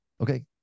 Okay